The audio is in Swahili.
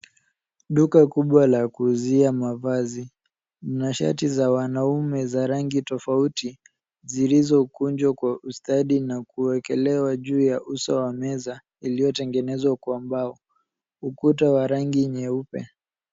Duka kubwa la kuuzia mavazi, kuna shati za wanaume za rangi tofauti zilizokunjwa kwa ustadi na kuwekelewa juu ya uso wa meza iliyotengenezwa kwa mbao. Ukuta wa rangi nyeupe.